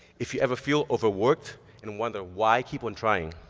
if you ever feel overworked and wonder why keep on trying,